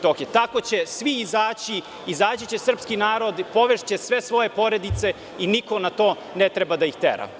Tako će svi izaći, izaći će srpski narod, povešće sve svoje porodice i niko na to ne treba da ih tera.